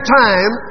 time